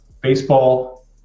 baseball